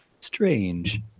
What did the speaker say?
strange